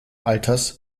alters